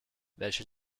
welche